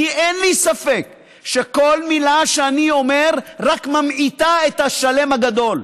כי אין לי ספק שכל מילה שאני אומר רק ממעיטה את השלם הגדול.